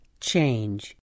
change